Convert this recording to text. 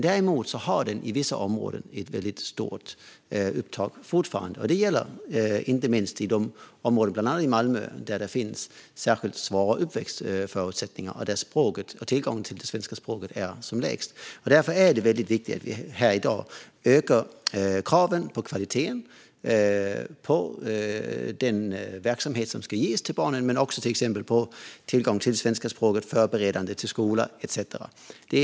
Däremot har den på vissa områden fortfarande stort upptag, nämligen inte minst i de områden, bland annat i Malmö, där uppväxtförhållandena är särskilt svåra och tillgången till det svenska språket är låg. Därför är det viktigt att vi i dag ökar kraven gällande kvaliteten på den verksamhet som ska ges till barnen, tillgång till svenska språket, att förbereda sig för skolan och så vidare.